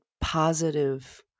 positive